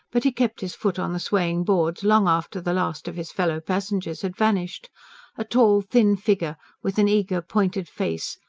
but he kept his foot on the swaying boards long after the last of his fellow-passengers had vanished a tall, thin figure, with an eager, pointed face,